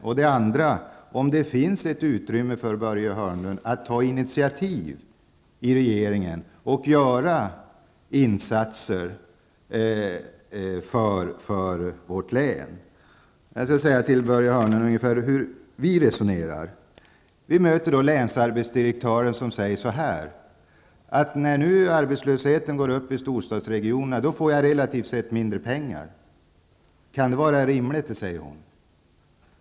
Den andra frågan är om det finns ett utrymme i regeringen för att ta initiativ och göra insatser för vårt län. Jag skall säga till Börje Hörnlund ungefär hur vi resonerar. Vi möter länsarbetsdirektören som säger så här: När nu arbetslösheten går upp i storstadsregionerna, får jag relativt sett mindre pengar. Kan det vara rimligt, säger hon.